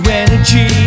energy